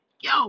yo